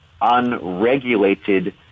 unregulated